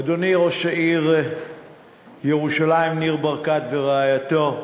אדוני ראש העיר ירושלים ניר ברקת ורעייתו,